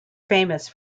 famous